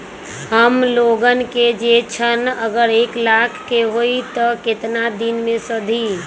हमन लोगन के जे ऋन अगर एक लाख के होई त केतना दिन मे सधी?